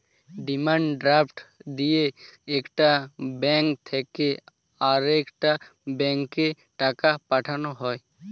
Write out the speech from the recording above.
demand draft দিয়ে একটা bank থেকে আরেকটা ব্যাঙ্কে টাকা পাঠানো হয়